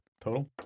Total